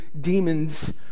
demons